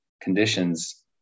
conditions